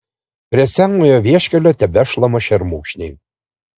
prie senojo vieškelio tebešlama šermukšniai